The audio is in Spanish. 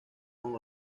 como